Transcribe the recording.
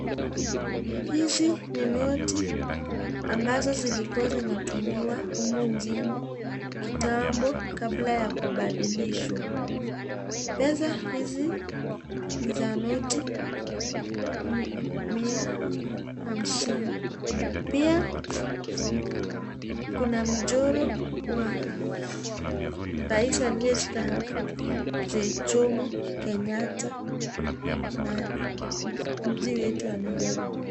Hizi ni noti ambazo zilikuwa zinatumiwa humu nchini kitambo kabla ya kubadilishwa. Pesa hizi ni za noti mia hamsini. Pia kuna mchoro wa rais aliyestaafu Mzee Jomo Kenyata na mji wetu wa Nairobi.